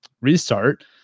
restart